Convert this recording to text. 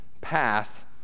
path